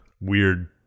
weird